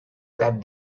that